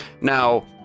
Now